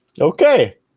Okay